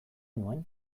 nuen